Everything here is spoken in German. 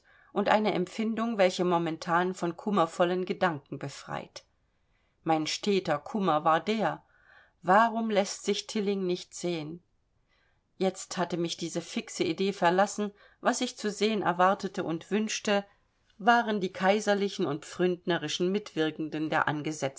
und eine empfindung welche momentan von kummervollen gedanken befreit mein steter kummer war der warum läßt sich tilling nicht sehen jetzt hatte mich diese fixe idee verlassen was ich zu sehen erwartete und wünschte waren die kaiserlichen und die pfründnerischen mitwirkenden der